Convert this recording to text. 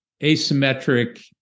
asymmetric